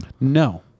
No